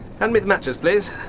hand me the matches please.